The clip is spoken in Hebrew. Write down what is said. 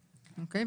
אוקיי.